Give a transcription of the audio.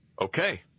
Okay